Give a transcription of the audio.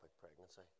pregnancy